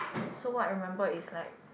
so what I remember is like